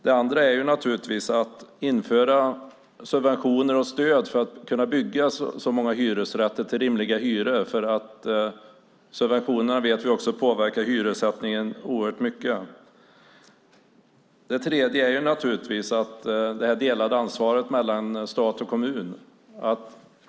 Det andra är att införa subventioner och stöd för att kunna bygga så många hyresrätter till rimliga hyror. Vi vet att subventionerna påverkar hyressättningen oerhört mycket. Det tredje är det delade ansvaret mellan stat och kommun.